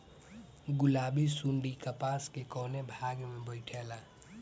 गुलाबी सुंडी कपास के कौने भाग में बैठे ला?